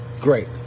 Great